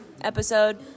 episode